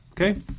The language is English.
Okay